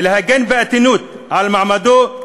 ולהגן באיתנות על מעמדו,